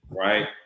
right